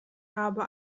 habe